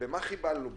במה חיבלנו בדיוק?